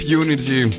unity